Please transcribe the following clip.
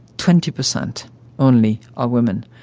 twenty percent only are women.